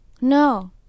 No